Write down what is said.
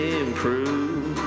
improve